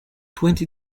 twenty